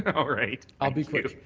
all right. i'll be quick.